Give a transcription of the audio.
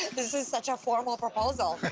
this is such a formal proposal!